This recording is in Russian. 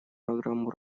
программу